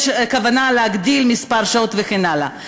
יש כוונה להגדיל את מספר השעות וכן הלאה.